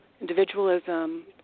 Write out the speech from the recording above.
individualism